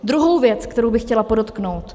Druhá věc, kterou bych chtěla podotknout.